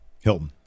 Hilton